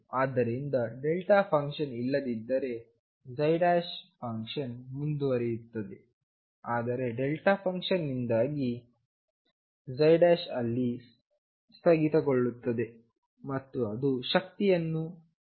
ಆದ್ದರಿಂದ ಫಂಕ್ಷನ್ ಇಲ್ಲದಿದ್ದರೆ ಫಂಕ್ಷನ್ ಮುಂದುವರಿಯುತ್ತದೆ ಆದರೆ ಫಂಕ್ಷನ್ ನಿಂದಾಗಿ ಅಲ್ಲಿ ಸ್ಥಗಿತಗೊಳ್ಳುತ್ತದೆ ಮತ್ತು ಅದು ಶಕ್ತಿಯನ್ನು ತಿಳಿಯಲು ಕಾರಣವಾಗುತ್ತದೆ